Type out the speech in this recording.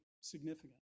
significant